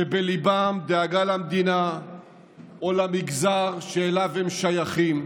שבליבם דאגה למדינה או למגזר שאליו הם שייכים,